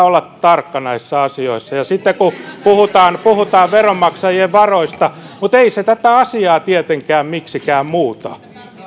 olla tarkka näissä asioissa ja sitten kun kun puhutaan puhutaan veronmaksajien varoista ei se tätä asiaa tietenkään miksikään muuta